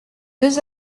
deux